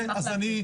אנחנו נשמח להכיר.